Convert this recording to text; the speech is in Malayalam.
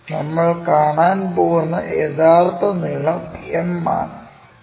നമ്മൾ കാണാൻ പോകുന്ന യഥാർത്ഥ നീളം m ആണ്